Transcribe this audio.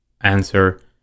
answer